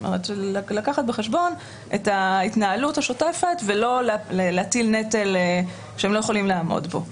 לקחת בחשבון את ההתנהלות השוטפת ולא להטיל נטל שהם לא יכולים לעמוד בו.